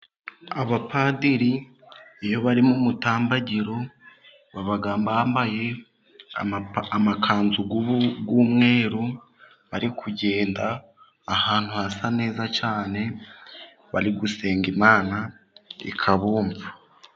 Abapadiri iyo bari mu mutambagiro baba bambaye amakanzu y'umweru, bari kugenda ahantu hasa neza cyane, bari gusenga Imana ikabumva.